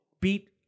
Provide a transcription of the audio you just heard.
beat